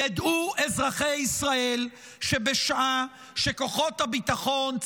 ידעו אזרחי ישראל שבשעה שכוחות הביטחון,